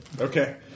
Okay